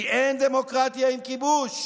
כי אין דמוקרטיה עם כיבוש.